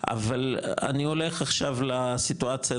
אבל אני הולך עכשיו לסיטואציה,